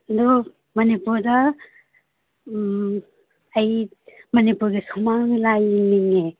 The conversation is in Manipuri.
ꯑꯗꯣ ꯃꯅꯤꯄꯨꯔꯗ ꯑꯩ ꯃꯅꯤꯄꯨꯔꯒꯤ ꯁꯨꯃꯥꯡ ꯂꯤꯂꯥ ꯌꯦꯡꯅꯤꯡꯉꯦ